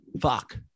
fuck